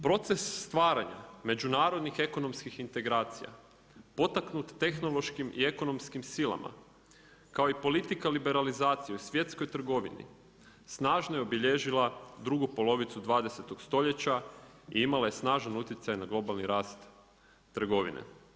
Proces stvaranja međunarodnih ekonomskih integracija potaknut tehnološkim i ekonomskim silama kao i politika liberalizacije u svjetskoj trgovini snažno je obilježila drugu polovicu 20.-og stoljeća i imala je snažan utjecaj na globalni rast trgovine.